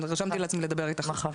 רשמתי לעצמי לדבר איתך מחר.